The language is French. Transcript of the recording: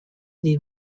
des